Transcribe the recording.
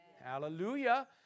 Hallelujah